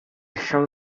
shall